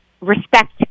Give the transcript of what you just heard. respect